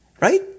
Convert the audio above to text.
right